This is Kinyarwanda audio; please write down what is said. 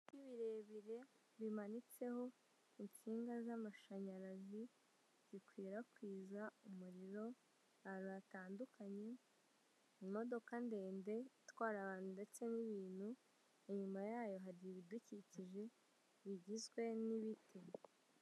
Ibiti birebire bimanitseho insinga z'amashanyarazi bikwirakwiza umuriro ahantu hatandukanye, imodoka ndende itwara abantu ndetse n'ibintu inyuma yayo hari ibidukikije bigizwe n'ibiti.